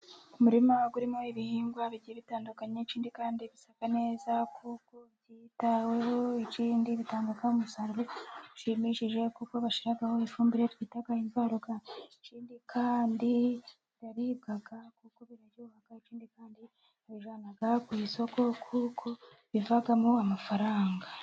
Umurima urimo ibihingwa bigiye bitandukanye ikindi kandi bisa neza, kuko byitaweho ikindi bitanga umusaruro ushimishije. Kuko bashiraho ifumbire twita imvaruganda, ikindi kandi biraribwa kuko biraryoha. Ikindi kandi babijyana ku isoko kuko bivamo amafaranga.